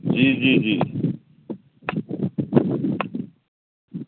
جی جی جی